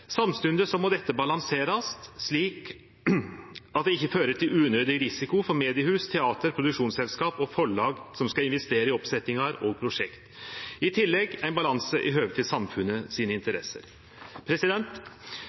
Samstundes må dette balanserast slik at det ikkje fører til unødig risiko for mediehus, teater, produksjonsselskap og forlag som skal investere i oppsetingar og prosjekt, i tillegg ein balanse i høve til